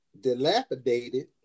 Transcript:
dilapidated